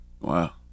Wow